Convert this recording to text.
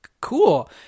cool